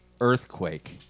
earthquake